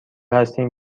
هستیم